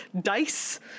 dice